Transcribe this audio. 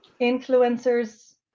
influencers